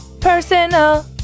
personal